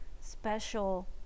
special